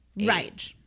Right